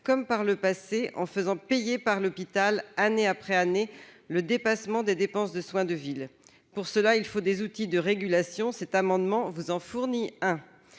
comme par le passé, en faisant payer par l'hôpital année après année le dépassement des dépenses de soins de ville. Il faut donc des outils de régulation. Par cet amendement, nous vous en fournissons